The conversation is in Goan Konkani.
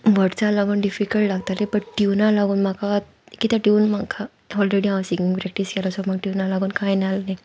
वड्सां लागून डिफिकल्ट लागतालें बट ट्युनाक लागून म्हाका किद्या ट्यून म्हाका आलरेडी हांव सिंगींग प्रॅक्टीस केलो सो म्हाका ट्युनाक लागून कांय नासाहलें